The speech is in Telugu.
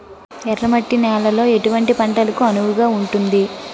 ఎర్ర మట్టి నేలలో ఎటువంటి పంటలకు అనువుగా ఉంటుంది?